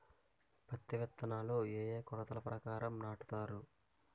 పత్తి విత్తనాలు ఏ ఏ కొలతల ప్రకారం నాటుతారు?